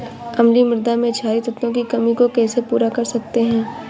अम्लीय मृदा में क्षारीए तत्वों की कमी को कैसे पूरा कर सकते हैं?